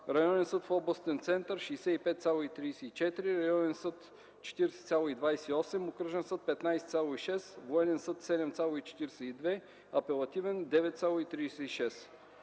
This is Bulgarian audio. районен съд в областен център – 65,34, районен съд – 40,28, окръжен съд – 15,6, военен съд – 7,42, апелативен съд